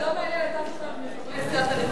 זה לא מעניין את אף אחד מחברי סיעת הליכוד,